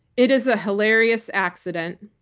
it is a hilarious accident.